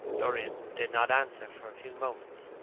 dorian did not answer for a few moments.